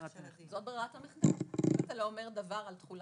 אבל זאת ברירת המחדל אם לא אומרים דבר על תחולת החוק.